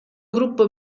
gruppo